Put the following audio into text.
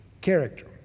character